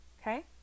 Okay